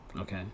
Okay